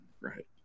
Right